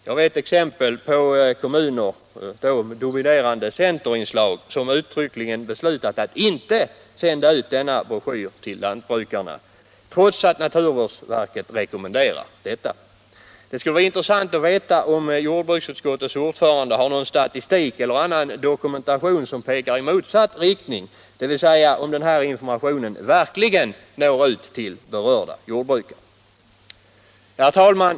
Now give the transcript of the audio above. Jag vet exempel på kommuner med dominerande centerinslag som uttryckligen beslutat att inte sända ut denna broschyr till lantbrukarna, trots att naturvårdsverket rekommenderar detta. Det skulle vara intressant att veta om jordbruksutskottets ordförande har någon statistik eller annan dokumentation som pekar i motsatt riktning, dvs. om den här informationen verkligen når ut till berörda jordbrukare. Herr talman!